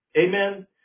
Amen